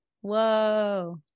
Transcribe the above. Whoa